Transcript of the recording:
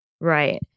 Right